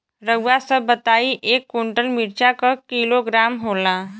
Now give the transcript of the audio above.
रउआ सभ बताई एक कुन्टल मिर्चा क किलोग्राम होला?